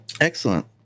Excellent